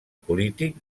polític